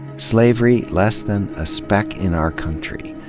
slavery, less than a speck in our country.